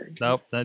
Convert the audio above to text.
Nope